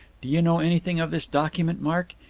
do you know anything of this document, mark?